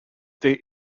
they